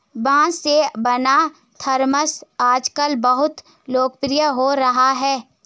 बाँस से बना थरमस आजकल बहुत लोकप्रिय हो रहा है